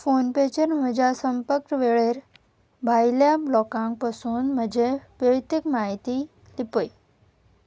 फोनपेचेर म्हज्या संपर्क्त वेळेर भायल्या ब्लॉकांक पसून म्हजें वैतीक म्हायती लिपय